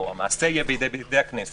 או שהמעשה יהיה בידי הכנסת,